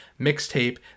mixtape